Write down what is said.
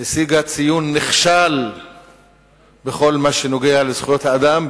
שמדינת ישראל השיגה ציון נכשל בכל מה שנוגע לזכויות האדם,